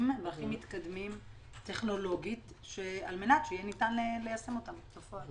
והכי מתקדמים טכנולוגית על מנת שיהיה ניתן ליישם אותם בפועל.